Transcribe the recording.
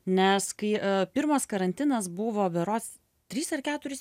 nes kai pirmas karantinas buvo berods trys ar keturis